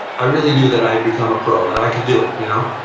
i really knew that i had become a pro, that i could do it. you know?